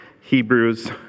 Hebrews